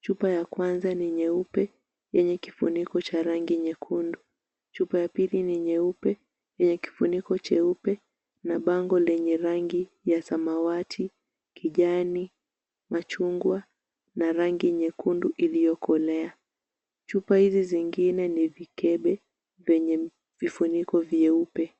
chupa ya kwanza ni nyeupe yenye kifuniko cha rangi nyekundu, chupa ya pili ni nyeupe yenye kifuniko cheupe na bango lenye rangi ya samawati, kijani, machungwa na rangi nyekundu iliyokolea. Chupa hizi zingine ni vikebe vyenye vifuniko vyeupe.